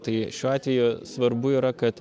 tai šiuo atveju svarbu yra kad